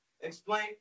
explain